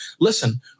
listen